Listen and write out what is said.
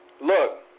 Look